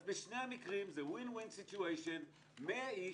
אז בכל מקרה זה WIN-WIN SITUATION. 100 איש.